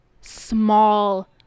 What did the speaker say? small